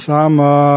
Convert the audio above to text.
Sama